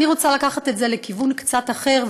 אני רוצה לקחת את זה לכיוון קצת אחר,